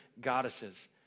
goddesses